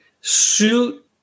suit